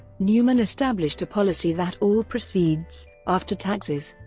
newman established a policy that all proceeds, after taxes,